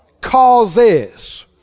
Causes